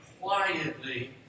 quietly